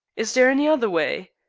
is there any other way?